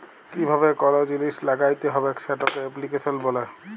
কিভাবে কল জিলিস ল্যাগ্যাইতে হবেক সেটকে এপ্লিক্যাশল ব্যলে